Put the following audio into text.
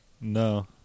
No